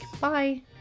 bye